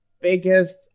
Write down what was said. biggest